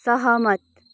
सहमत